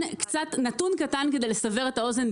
נתון קטן כדי לסבר את האוזן,